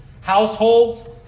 households